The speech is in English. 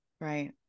Right